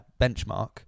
benchmark